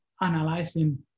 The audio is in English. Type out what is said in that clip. analyzing